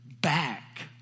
back